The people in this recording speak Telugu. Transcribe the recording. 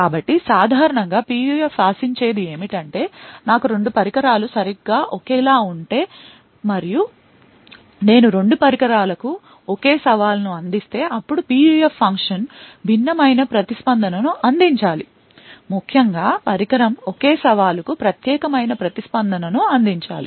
కాబట్టి సాధారణం గా PUF ఆశించేది ఏమిటంటే నాకు రెండు పరికరాలు సరిగ్గా ఒకేలా ఉంటే మరియు నేను రెండు పరికరాలకు ఒకే సవాలు ను అందిస్తే అప్పుడు PUF ఫంక్షన్ భిన్నమైన ప్రతిస్పందనను అందించాలి ముఖ్యంగా ప్రతి పరికరం ఒకే సవాలుకు ప్రత్యేకమైన ప్రతిస్పందనను అందించాలి